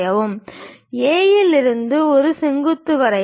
A லிருந்து ஒரு செங்குத்து வரையவும்